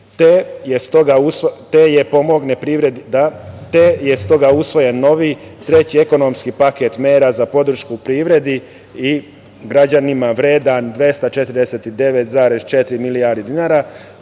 te je stoga usvojen novi, treći ekonomski paket mera za podršku privredi i građanima, vredan 249,4 milijardi dinara,